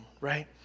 right